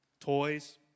toys